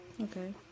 okay